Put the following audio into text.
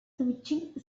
switching